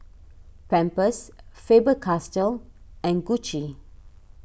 Pampers Faber Castell and Gucci